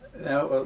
now